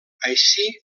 així